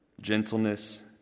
gentleness